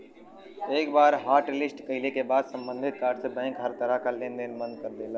एक बार हॉटलिस्ट कइले क बाद सम्बंधित कार्ड से बैंक हर तरह क लेन देन बंद कर देला